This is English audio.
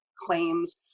claims